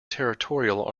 territorial